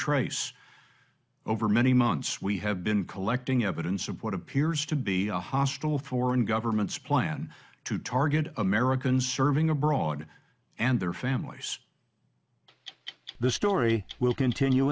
trace over many months we have been collecting evidence of what appears to be a hostile foreign governments plan to target americans serving abroad and their families the story will continue